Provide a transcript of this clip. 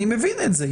אני מבין את זה.